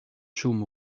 chaume